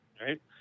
right